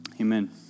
Amen